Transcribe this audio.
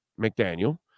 McDaniel